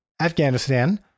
Afghanistan